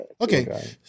okay